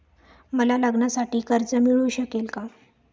मला लग्नासाठी कर्ज मिळू शकेल का?